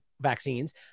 vaccines